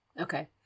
Okay